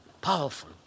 powerful